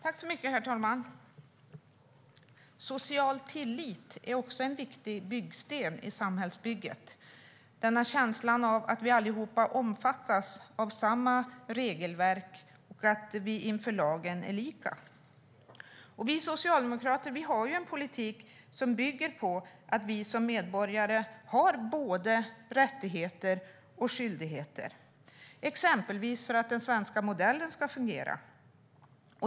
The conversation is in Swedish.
Herr talman! Social tillit är en viktig byggsten i samhällsbygget - känslan av att vi allihop omfattas av samma regelverk och att vi inför lagen är lika. Vi socialdemokrater har en politik som bygger på att vi som medborgare har både rättigheter och skyldigheter, exempelvis för att den svenska modellen ska fungera.